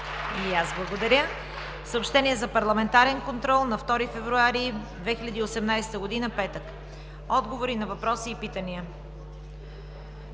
И аз благодаря. Съобщения за парламентарен контрол на 2 февруари 2018 г., петък. Отговори на въпроси и питания: